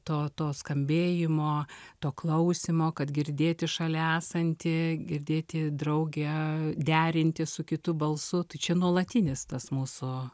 to to skambėjimo to klausymo kad girdėti šalia esantį girdėti drauge derintis su kitu balsu tai čia nuolatinis tas mūsų